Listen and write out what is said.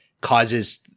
causes